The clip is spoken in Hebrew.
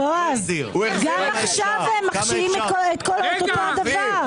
בועז, גם עכשיו מכשירים את אותו הדבר.